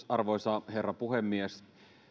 arvoisa herra puhemies